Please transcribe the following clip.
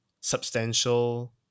substantial